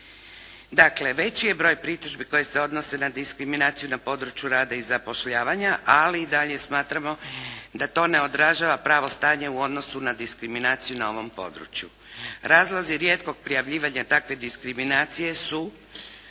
Dakle, veći je broj pritužbi koje se odnose na diskriminaciju na području rada i zapošljavanja ali i dalje smatramo da to ne odražava pravo stanje u odnosu na diskriminaciju na ovom području. Razlozi rijetkog prijavljivanja takve diskriminacije su